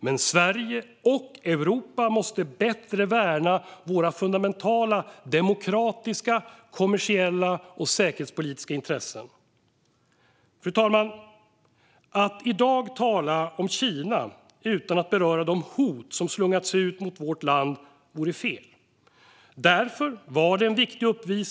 Men Sverige, och Europa, måste bättre värna våra fundamentala demokratiska, kommersiella och säkerhetspolitiska intressen. Fru talman! Att i dag tala om Kina utan att beröra de hot som slungats ut mot vårt land vore fel.